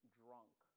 drunk